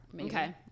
Okay